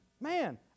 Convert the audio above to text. Man